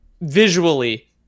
visually